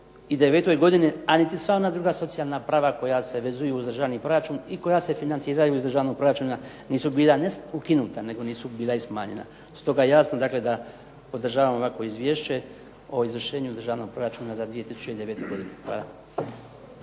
u 2009. godini, a niti sva ona druga socijalna prava koja se vezuju uz državni proračun, i koja se financiraju iz državnog proračuna nisu bila ne ukinuta, nego nisu bila i smanjena. Stoga jasno dakle da podržavam ovakvo izvješće o izvršenju državnog proračuna za 2009. godinu. Hvala.